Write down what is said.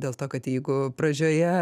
dėl to kad jeigu pradžioje